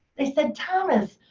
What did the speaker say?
they said thomas,